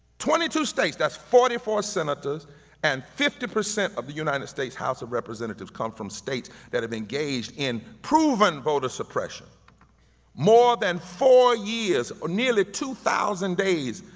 twenty two states, that's forty four senators and fifty percent of the united states house of representatives come from states that have engaged in proven voter suppression more than four years or nearly two thousand days,